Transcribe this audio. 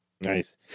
Nice